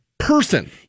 person